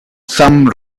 some